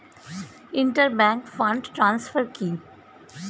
Inter bank fund transfer কি?